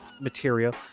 material